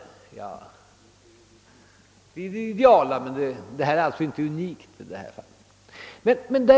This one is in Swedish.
Det är det ideala, men det är alltså inte unikt.